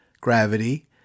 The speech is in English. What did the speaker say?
gravity